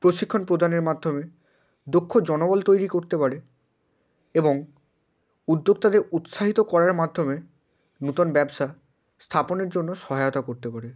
প্রশিক্ষণ প্রদানের মাধ্যমে দক্ষ জনবল তৈরি করতে পারে এবং উদ্যোক্তাদের উৎসাহিত করার মাধ্যমে নূতন ব্যবসা স্থাপনের জন্য সহায়তা করতে পারে